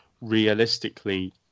realistically